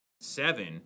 seven